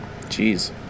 Jeez